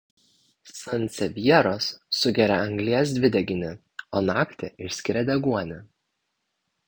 sansevjeros sugeria anglies dvideginį o naktį išskiria deguonį